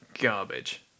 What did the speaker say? garbage